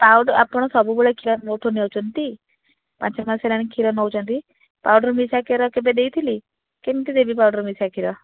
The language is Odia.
ପାଉଡ଼ର ଆପଣ ସବୁବେଳେ କ୍ଷୀର ମୋ ଠାରୁ ନେଉଛନ୍ତି ପାଞ୍ଚମାସ ହେଲା କ୍ଷୀର ନେଉଛନ୍ତି ପାଉଡ଼ର ମିଶା କ୍ଷୀର କେବେ ଦେଇଥିଲି କେମିତି ଦେବି ପାଉଡ଼ର ମିଶା କ୍ଷୀର